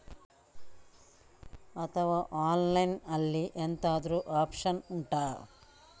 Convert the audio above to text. ಅಥವಾ ಆನ್ಲೈನ್ ಅಲ್ಲಿ ಎಂತಾದ್ರೂ ಒಪ್ಶನ್ ಉಂಟಾ